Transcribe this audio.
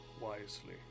wisely